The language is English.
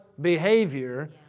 behavior